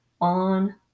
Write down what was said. on